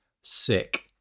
sick